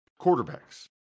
quarterbacks